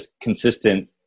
consistent